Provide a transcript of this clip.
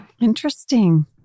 Interesting